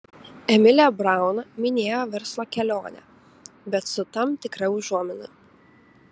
emilė braun minėjo verslo kelionę bet su tam tikra užuomina